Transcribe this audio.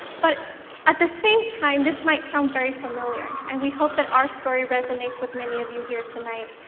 but at the same time, this might sound very familiar. and we hope that our story resonates with many of you here tonight.